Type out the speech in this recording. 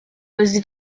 was